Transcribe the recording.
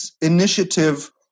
initiative